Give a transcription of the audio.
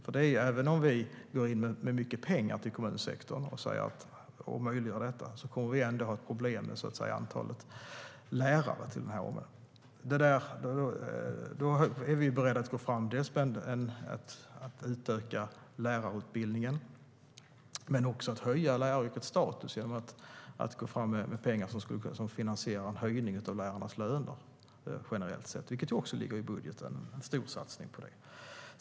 Även om vi går in med mycket pengar till kommunsektorn och möjliggör detta kommer vi att ha problem med antalet lärare. Då är vi beredda att utöka lärarutbildningen men också att höja läraryrkets status genom pengar som finansierar en höjning av lärarnas löner generellt sett. En stor satsning på det ligger också i budgeten.